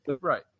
Right